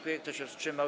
Kto się wstrzymał?